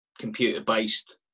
computer-based